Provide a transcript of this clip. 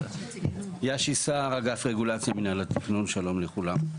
יאשי סער, אגף רגולציה מנהל התכנון, שלום לכולם.